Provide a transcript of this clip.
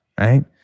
right